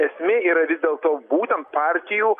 esmė yra vis dėlto būtent partijų